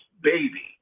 baby